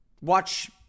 watch